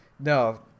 No